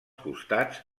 costats